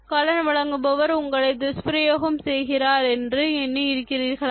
கடன் வழங்குபவர் உங்களை துஷ்பிரயோகம் செய்கிறார் என்று எண்ணி இருக்கிறீர்களா